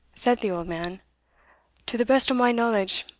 said the old man to the best o'my knowledge,